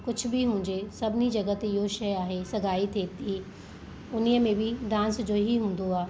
कुझु बि हुजे सभिनी जॻहि ते इहो शइ आहे सगाई थिए थी उन्हीअ में बि डांस जो ई हूंदो आहे